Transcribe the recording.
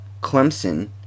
Clemson